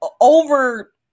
Over